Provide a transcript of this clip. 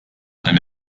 and